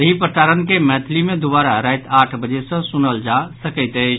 एहि प्रसारण के मैथिली मे दुवारा राति आठि बजे सँ सुनल जा सकैत अछि